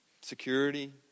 security